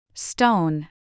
Stone